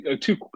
two